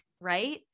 right